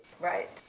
Right